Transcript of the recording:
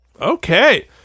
Okay